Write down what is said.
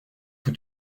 tout